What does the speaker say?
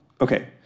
okay